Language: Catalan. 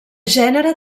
gènere